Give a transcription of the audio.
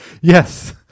Yes